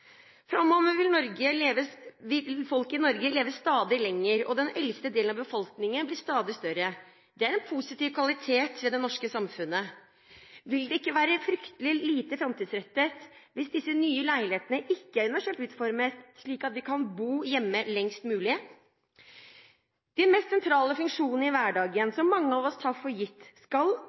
Framover vil folk i Norge leve stadig lenger, og den eldste delen av befolkningen blir stadig større. Det er en positiv kvalitet ved det norske samfunnet. Vil det ikke være fryktelig lite framtidsrettet hvis disse nye leilighetene ikke er universelt utformet, slik at vi kan bo hjemme lengst mulig? De mest sentrale funksjonene i hverdagen som mange av oss tar for gitt, skal